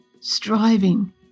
striving